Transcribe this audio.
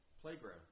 playground